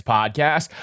Podcast